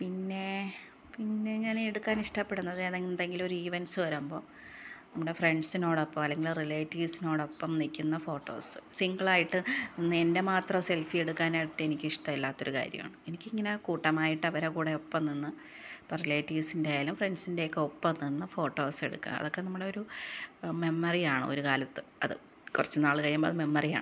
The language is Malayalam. പിന്നെ പിന്നെ ഞാന് എടുക്കാന് ഇഷ്ടപ്പെടുന്നത് അത് എന്തെങ്കിലും ഒരു ഈവന്റ്സ് വരുമ്പോൾ നമ്മുടെ ഫ്രണ്ട്സിനോടൊപ്പം അല്ലെങ്കിൽ റീലേറ്റീവ്സിനോടൊപ്പം നിൽക്കുന്ന ഫോട്ടോസ് സിൻഗിൾ ആയിട്ട് എന്റെ മാത്രം സെല്ഫി എടുക്കാനായിട്ട് എനിക്ക് ഇഷ്ടം ഇല്ലാത്തൊരു കാര്യമാണ് എനിക്കിങ്ങനെ കൂട്ടമായിട്ട് അവരെ കൂടെ ഒപ്പം നിന്ന് ഇപ്പം റീലേറ്റീവ്സിന്റെ ആയാലും ഫ്രണ്ട്സിന്റെ ഒക്കെ ഒപ്പം നിന്ന് ഫോട്ടോസ് എടുക്കുക അതൊക്കെ നമ്മുടെ ഒരു മെമ്മറി ആണ് ഒരു കാലത്ത് അത് കുറച്ച് നാൾ കഴിയുമ്പം അത് മെമ്മറി ആണ്